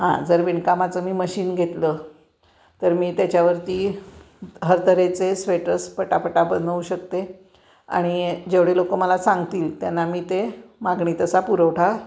हां जर विणकामाचं मी मशीन घेतलं तर मी त्याच्यावरती हरतऱ्हेचे स्वेटर्स पटापटा बनवू शकते आणि जेवढे लोकं मला सांगतील त्यांना मी ते मागणी तसा पुरवठा